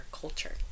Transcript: culture